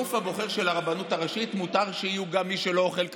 שבגוף הבוחר של הרבנות הראשית מותר שיהיו גם מי שלא אוכלים כשר,